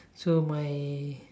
so my